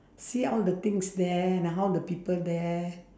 see all the things there and how the people there